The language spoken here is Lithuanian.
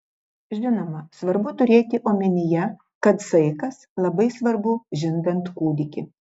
žinoma svarbu turėti omenyje kad saikas labai svarbu žindant kūdikį